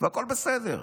והכול בסדר.